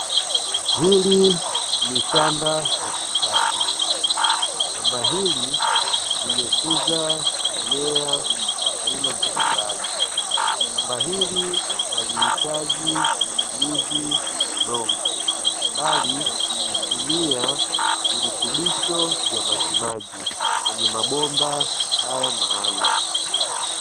Hili ni shamba la kisasa shamba hili limekuza mmea aina mbalimbali, shamba hili halihitaji matumizi ya udongo bali hutumia virutubisho majimaji kwenye mabomba haya maalumu.